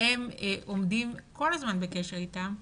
והם כל הזמן בקשר אתם.